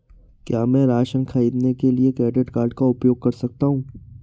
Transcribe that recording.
क्या मैं राशन खरीदने के लिए क्रेडिट कार्ड का उपयोग कर सकता हूँ?